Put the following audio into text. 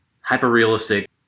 hyper-realistic